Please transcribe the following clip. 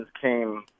came